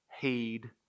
heed